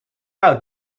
out